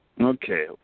Okay